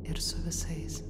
ir su visais